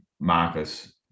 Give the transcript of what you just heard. Marcus